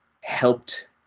helped